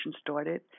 started